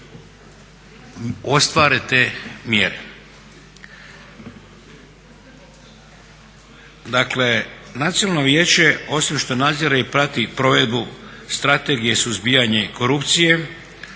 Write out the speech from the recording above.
ostvare te mjere. Dakle, Nacionalno vijeće osim što nadzire i prati provedbu Strategije suzbijanja korupcije